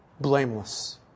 Blameless